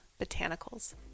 Botanicals